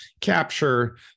capture